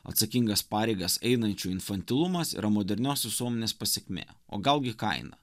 atsakingas pareigas einančių infantilumas yra modernios visuomenės pasekmė o gal gi kaina